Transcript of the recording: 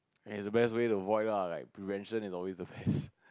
and it's the best way to avoid lah I mean prevention is always the best